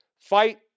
fight